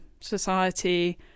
society